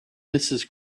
mrs